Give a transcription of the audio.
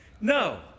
No